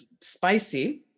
spicy